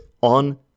on